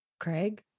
Craig